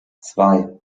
zwei